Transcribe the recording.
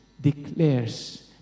declares